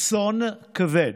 אסון כבד.